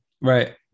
Right